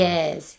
Yes